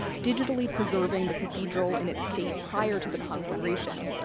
digitally preserving the cathedral in its state prior to the conflagration,